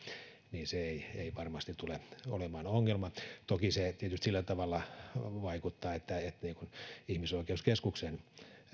niin se ei ei varmasti tule olemaan ongelma toki se tietysti sillä tavalla vaikuttaa että ihmisoikeuskeskuksen